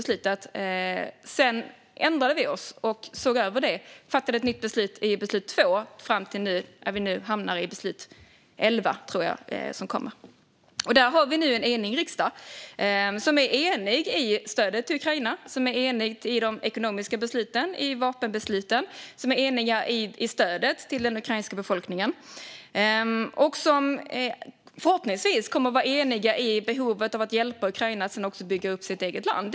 Sedan ändrade vi oss och fattade ett nytt, andra beslut, och nu är vi framme vid det elfte beslutet, tror jag. Vi har nu en riksdag som är enig om stödet till Ukraina, som är enig om de ekonomiska besluten och vapenbesluten, som är enig om stödet till den ukrainska befolkningen och som förhoppningsvis kommer att vara enig om behovet av att hjälpa Ukraina att bygga upp sitt land senare.